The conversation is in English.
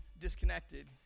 disconnected